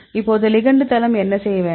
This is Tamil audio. இப்போது லிகெண்ட் தளம் என்ன செய்ய வேண்டும்